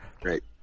Great